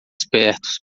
espertos